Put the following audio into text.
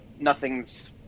nothing's